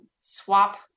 swap